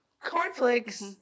Cornflakes